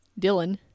Dylan